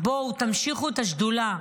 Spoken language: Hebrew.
בואו, תמשיכו את השדולה,